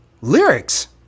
lyrics